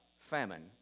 Famine